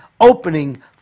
opening